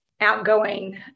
outgoing